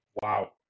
Wow